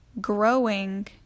Growing